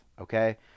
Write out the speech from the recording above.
okay